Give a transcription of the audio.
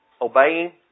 obeying